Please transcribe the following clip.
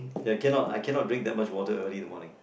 I cannot I cannot drink that much water early in the morning